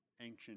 ancient